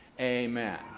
Amen